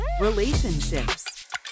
Relationships